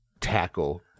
tackle